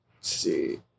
see